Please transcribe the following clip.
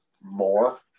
more